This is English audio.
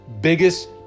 biggest